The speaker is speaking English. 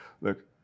look